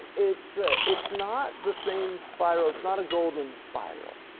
it's ah it's not the same spiral, it's not a golden spiral,